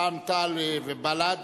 רע"ם-תע"ל ובל"ד